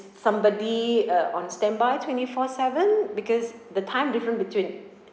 somebody uh on standby twenty four seven because the time different between